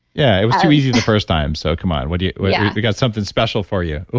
yeah, it was too easy the first time. so come on. what do you, we yeah we got something special for you?